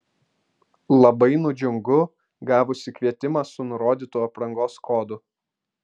labai nudžiungu gavusi kvietimą su nurodytu aprangos kodu